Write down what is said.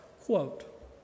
quote